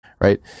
right